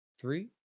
three